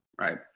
right